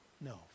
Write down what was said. No